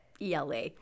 ELA